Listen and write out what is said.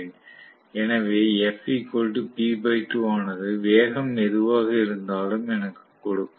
எனவே f p 2 ஆனது வேகம் எதுவாக இருந்தாலும் எனக்குக் கொடுக்கும்